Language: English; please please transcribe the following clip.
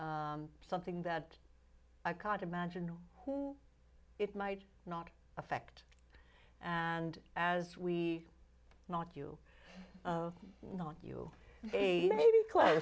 something that i can't imagine it might not affect and as we not you know you may